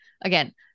again